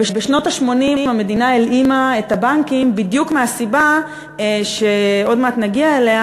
בשנות ה-80 המדינה הלאימה את הבנקים בדיוק מהסיבה שעוד מעט נגיע אליה,